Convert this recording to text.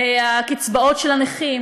הקצבאות של הנכים,